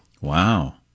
Wow